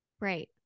Right